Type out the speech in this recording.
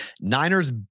Niners